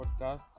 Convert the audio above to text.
podcast